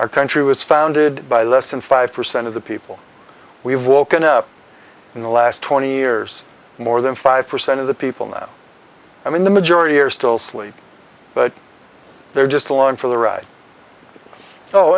our country was founded by less than five percent of the people we've woken up in the last twenty years more than five percent of the people now i mean the majority are still sleep but they're just along for the ride